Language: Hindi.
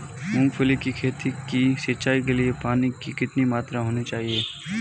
मूंगफली की खेती की सिंचाई के लिए पानी की कितनी मात्रा होनी चाहिए?